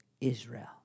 Israel